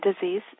disease